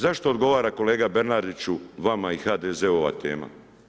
Zašto odgovara, kolega Bernardiću vama i HDZ-u ova tema?